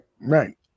Right